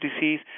disease